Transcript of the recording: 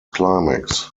climax